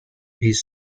his